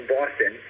Boston